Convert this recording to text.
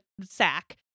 sack